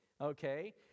okay